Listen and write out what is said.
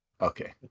Okay